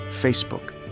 Facebook